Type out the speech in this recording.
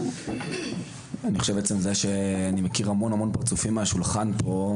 אני חושב שאני מכיר הרבה פרצופים מהשולחן פה,